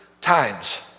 times